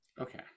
okay